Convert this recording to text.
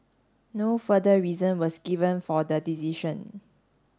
no further reason was given for the decision